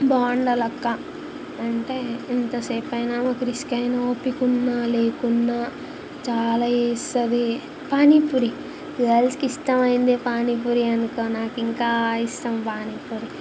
బాగుండాలి అక్క అంటే ఎంతసేపయినా ఒక రిస్కయినా ఓపికున్నా లేకున్నా చాలా చేస్తుంది పానీపూరి గర్ల్స్కి ఇష్టమయినదే పానీపూరి అనుకో నాకింకా ఇష్టం పానీపూరి